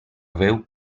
veu